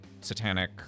satanic